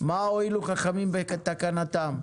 מה הועילו חכמים בתקנתם?